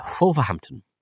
Wolverhampton